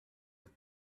with